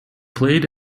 played